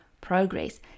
progress